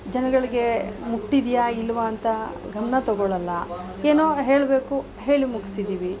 ಜನಗಳಿಗೆ ಮುಟ್ಟಿದೆಯಾ ಇಲ್ವಾ ಅಂತ ಗಮನ ತಗೋಳಲ್ಲ ಏನೋ ಹೇಳಬೇಕು ಹೇಳಿ ಮುಗಿಸಿದೀವಿ